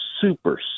super